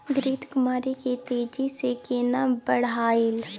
घृत कुमारी के तेजी से केना बढईये?